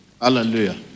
Hallelujah